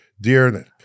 Dear